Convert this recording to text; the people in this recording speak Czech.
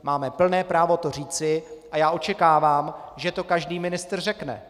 Máme plné právo to říci a já očekávám, že to každý ministr řekne.